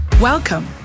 Welcome